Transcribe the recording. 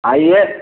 आइए